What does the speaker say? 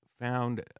found